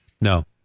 No